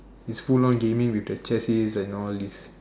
it's full on gaming with the chest ears and all these